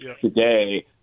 today